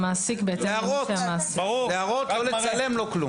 עם הערות לא לצלם ולא כלום.